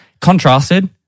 Contrasted